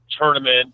tournament